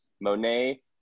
Monet